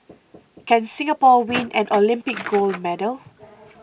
can Singapore win an Olympic gold medal